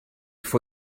for